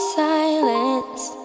silence